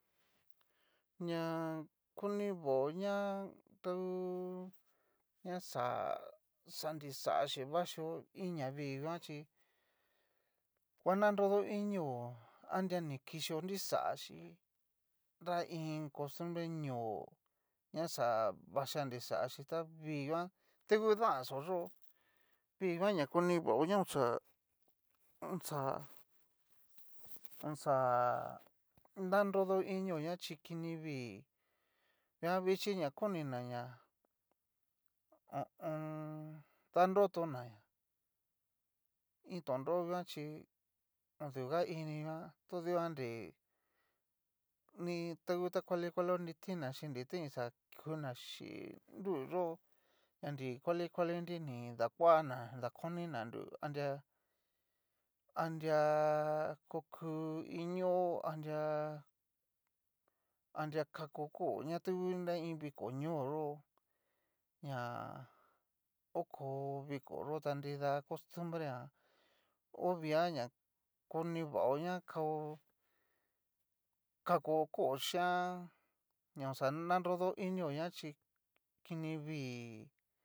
Ña konivao ñá, ta ngu. ñaxa. xa ni xaxhí vaxhio, iin ñaa vii nguan chí ngua'nanrodo inió, anria ni kixo nrixachí nra iin costumbre ñóo ña xa vechia nri xachíi tá vii nguan, ta ngu daxoyó vii nguan na konrivaoña oxá oxá oxá. nanrodo inioña, chí kini vii da vichi na konina ñá ho o on. danrotonaña iin tonro nguan chí oduga ini nguan, todikuan nrí ni tangu ta kuali kuali yó'o ni tin'naxi nritá ni xa kuná xí nrú yó'o, ña nrí ta kuali kuali ni dakuana ni dakoniná nrú, adria adria. koku iñó adriá adria kakó kó tu ña iin viko ñó yó, ñá oko viko yó ta nrida costumbre jan ovia ña konivao ña kao, kako ko xhian, ña oxa ñanrodo inio ñá xhí kini vii, kini vii